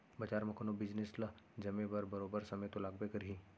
बजार म कोनो बिजनेस ल जमे बर बरोबर समे तो लागबे करही